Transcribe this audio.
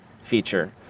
feature